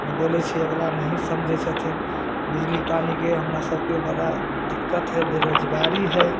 नहि बोलै छिए अगिला नहि समझै छथिन बिजली पानीके हमरासभके बड़ा दिक्कत हइ बेरोजगारी हइ